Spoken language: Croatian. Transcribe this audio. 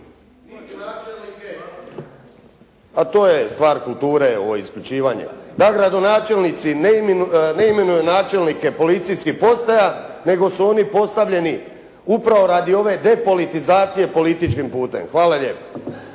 Pa to je stvar kulture ovo isključivanje. Da gradonačelnici ne imenuje načelnike policijskih postaja, nego su oni postavljeni upravo radi ove depolitizacije političkim putem. Hvala lijepo.